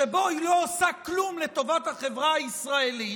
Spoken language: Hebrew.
שבו היא לא עושה דבר לטובת החברה הישראלית,